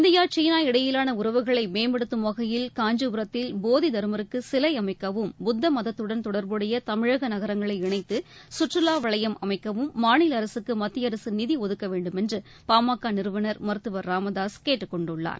India China இடையிவான உறவுகளை மேம்படுத்தும் வகையில் காஞ்சிபுரத்தில் போதி தர்மருக்கு சிலை அமைக்கவும் புத்த மதத்துடன் தொடர்புடைய தமிழக நகரங்களை இணைத்து சுற்றுலா வளையம் அமைக்கவும் மாநில அரசுக்கு மத்திய அரசு நிதி ஒதுக்கவேண்டும் என்று பா ம க நிறுவனர் மருத்துவர் ச ராமதாசு கேட்டுக்கொண்டுள்ளார்